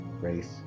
race